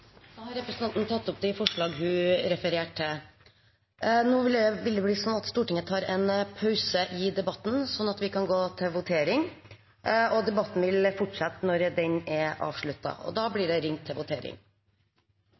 opp forslagene fra Miljøpartiet De Grønne. Representanten Une Bastholm har tatt opp de forslagene hun refererte til. Stortinget tar nå en pause i debatten og går til votering. Debatten vil fortsette når den er avsluttet. Da er Stortinget klar til å gå til votering